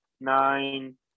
nine